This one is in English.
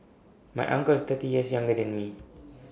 my uncle is thirty years younger than me